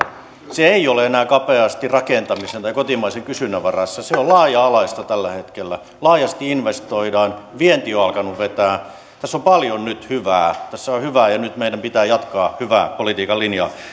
se ei ole enää kapeasti rakentamisen tai kotimaisen kysynnän varassa se on laaja alaista tällä hetkellä laajasti investoidaan vienti on alkanut vetämään tässä on nyt paljon hyvää tässä on on hyvää ja nyt meidän pitää jatkaa hyvää politiikan linjaa